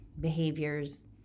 behaviors